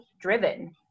driven